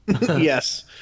yes